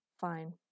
fine